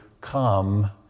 come